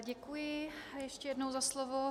Děkuji ještě jednou za slovo.